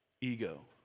Ego